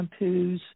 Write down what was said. shampoos